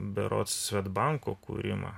berods swedbanko kūrimą